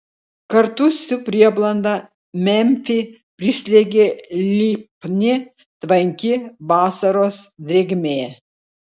kartu su prieblanda memfį prislėgė lipni tvanki vasaros drėgmė